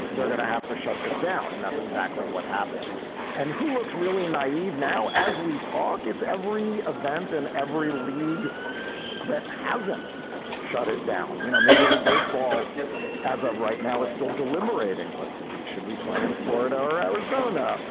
they're going to have to shut it down. and that's exactly what happened and who looks really naive now as we talk. if every event and every league that hasn't shut it down. you know, major league baseball as of right now is still deliberating what to do. should we play in florida or arizona?